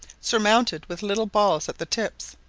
surmounted with little balls at the tips.